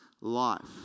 life